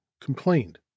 complained